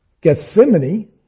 Gethsemane